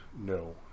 No